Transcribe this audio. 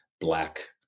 Black